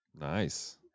Nice